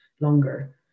longer